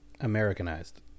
Americanized